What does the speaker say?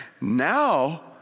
now